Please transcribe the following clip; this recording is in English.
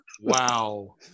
Wow